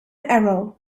errol